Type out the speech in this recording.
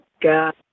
God